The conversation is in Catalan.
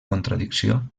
contradicció